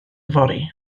fory